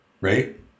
right